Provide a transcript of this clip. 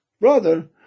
brother